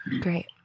Great